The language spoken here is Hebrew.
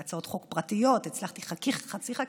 בהצעות חוק פרטיות, והצלחתי חצי חקיקה,